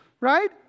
right